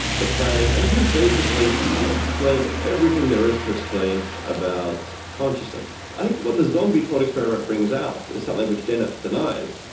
the planning, and you've basically explained everything there is to explain about consciousness. i think what the zombie thought experiment brings out is something which dennett denies,